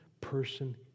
person